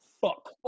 fuck